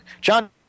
John